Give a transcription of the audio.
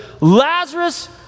Lazarus